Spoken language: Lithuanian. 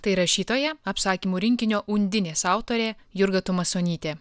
tai rašytoja apsakymų rinkinio undinės autorė jurga tumasonytė